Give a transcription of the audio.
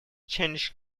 change